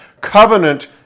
covenant